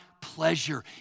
pleasure